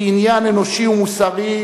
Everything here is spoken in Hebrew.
היא עניין אנושי ומוסרי,